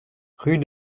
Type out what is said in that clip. rue